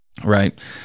right